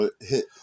hit